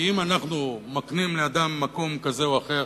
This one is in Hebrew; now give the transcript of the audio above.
כי אם אנחנו מקנים לאדם מקום כזה או אחר,